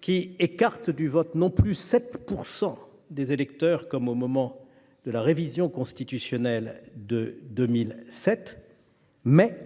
qui écarte du vote non plus 7 % des électeurs, comme au moment de la révision constitutionnelle de 2007, mais,